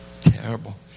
Terrible